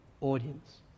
audience